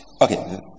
okay